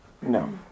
No